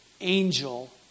angel